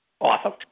Awesome